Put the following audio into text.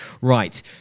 right